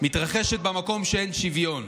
מתרחשת במקום שאין שוויון.